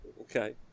Okay